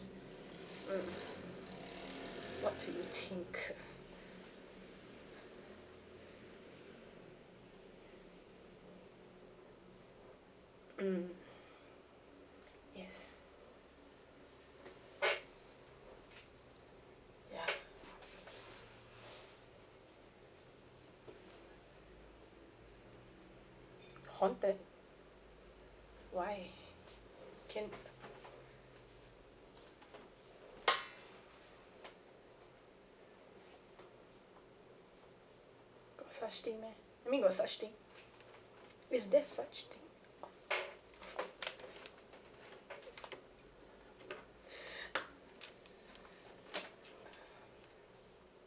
mm what do you think mm yes ya haunted why can got such meh I mean got such thing is there such thing